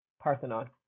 Parthenon